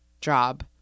job